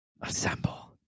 assemble